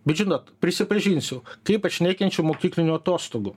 bet žinot prisipažinsiu kaip aš nekenčiu mokyklinių atostogų